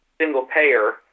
single-payer